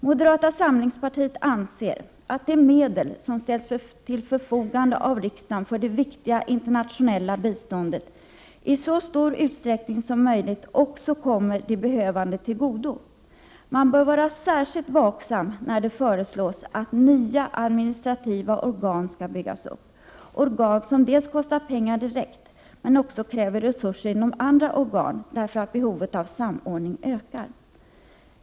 Moderata samlingspartiet anser att de medel som ställs till förfogande av riksdagen för det viktiga internationella biståndet i så stor utsträckning som möjligt också bör komma de behövande till godo. Man bör vara särskilt vaksam när det föreslås att nya administrativa organ skall byggas upp — organ som dels kostar pengar direkt, dels kräver resurser inom andra organ, därför att behovet av samordning ökar.